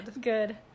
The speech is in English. good